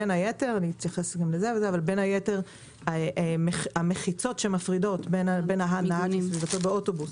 בין היתר על ידי המחיצות שמפרידות בין הנהג ובין סביבתו באוטובוס,